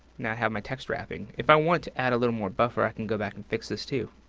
now i have my text wrapping. if i want to add a little more buffer, i can go back and fix this, too.